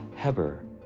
Heber